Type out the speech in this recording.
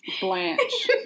Blanche